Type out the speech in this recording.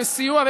בסיוע,